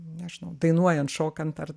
nežinau dainuojant šokant ar